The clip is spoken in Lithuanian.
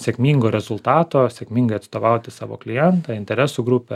sėkmingo rezultato sėkmingai atstovauti savo klientą interesų grupę